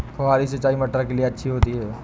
फुहारी सिंचाई मटर के लिए अच्छी होती है?